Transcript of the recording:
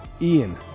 Ian